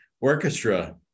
orchestra